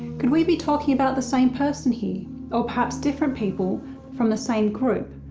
could we be talking about the same person here or perhaps different people from the same group?